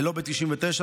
ללובי 99,